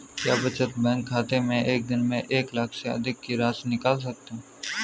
क्या बचत बैंक खाते से एक दिन में एक लाख से अधिक की राशि निकाल सकते हैं?